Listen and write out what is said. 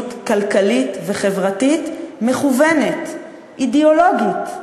מדיניות כלכלית וחברתית מכוונת, אידיאולוגית.